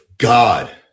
God